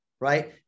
Right